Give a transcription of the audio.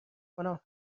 کنم